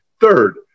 Third